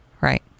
Right